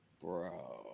bro